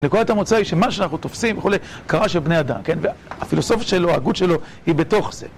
נקודת המוצא היא שמה שאנחנו תופסים וכולי, קרה שבני אדם, כן? והפילוסופיה שלו, ההגות שלו, היא בתוך זה.